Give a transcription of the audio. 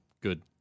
good